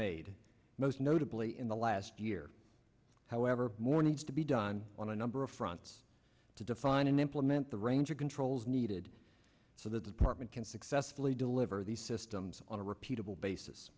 made most notably in the last year however more needs to be done on a number of fronts to define and implement the range of controls needed so the department can successfully deliver these systems on a repeatable basis